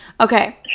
Okay